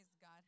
God